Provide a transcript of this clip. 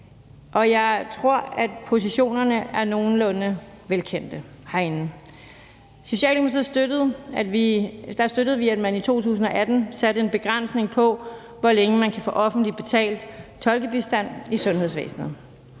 og jeg tror, at positionerne er nogenlunde velkendte herinde. I Socialdemokratiet støttede vi, at man i 2018 satte en begrænsning på, hvor længe man kan få offentligt betalt tolkebistand i sundhedsvæsenet.